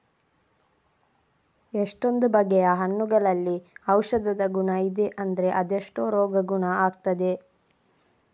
ಎಷ್ಟೊಂದು ಬಗೆಯ ಹಣ್ಣುಗಳಲ್ಲಿ ಔಷಧದ ಗುಣ ಇದೆ ಅಂದ್ರೆ ಅದೆಷ್ಟೋ ರೋಗ ಗುಣ ಆಗ್ತದೆ